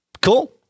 Cool